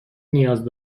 نیاز